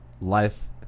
life